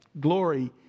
Glory